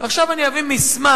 עכשיו אני אביא מסמך